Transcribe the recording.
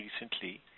recently